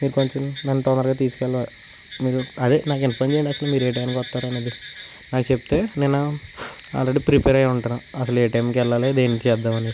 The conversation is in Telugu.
మీరు కొంచెం నన్ను తొందరగా తీసుకెళ్ళాలి అదే నాకు ఇన్ఫామ్ చేయండి అసలు మీరు ఏ టైమ్కి వస్తారు అనేది నాకు చెబితే నేను ఆల్రెడీ ప్రిపేర్ అయ్యి ఉంటాను అసలు ఏ టైమ్కి వెళ్ళాలి ఏం చేద్దాం అనేసి